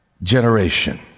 Generation